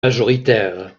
majoritaire